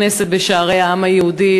והיא לא הייתה נכנסת בשערי העם היהודי,